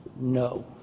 No